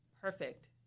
perfect